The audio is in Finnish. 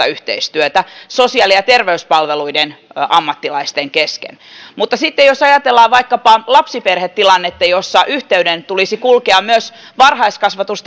yhteistyötä sosiaali ja terveyspalveluiden ammattilaisten kesken mutta jos ajatellaan vaikkapa lapsiperhetilannetta jossa yhteyden tulisi kulkea myös varhaiskasvatus